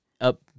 up